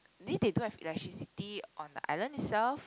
they they don't have electricity on the island itself